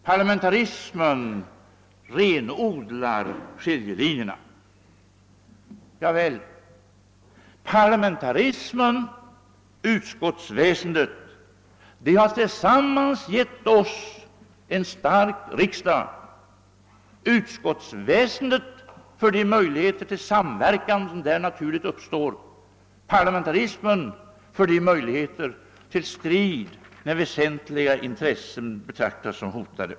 Parlamentarismen renodlar = skiljelinjerna. Parlamentarismen och utskottsväsendet har tillsammans givit oss en stark riksdag — utskottsväsendet genom de möjligheter till samverkan som där naturligt uppstår, parlamentarismen genom de möjligheter den ger till strid när väsentliga intressen betraktas som hotade.